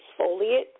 exfoliate